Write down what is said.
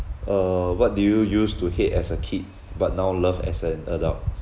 uh what did you use to hate as a kid but now love as an adult